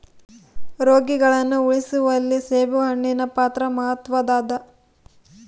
ರೋಗಿಗಳನ್ನು ಉಳಿಸುವಲ್ಲಿ ಸೇಬುಹಣ್ಣಿನ ಪಾತ್ರ ಮಾತ್ವದ್ದಾದ